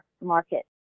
market